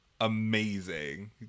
amazing